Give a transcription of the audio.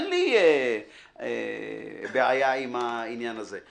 אין לי בעיה עם העניין הזה.